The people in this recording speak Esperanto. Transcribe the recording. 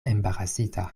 embarasita